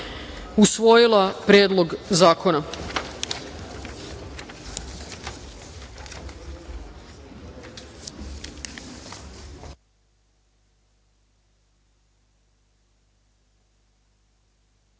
usvojila Predlog zakona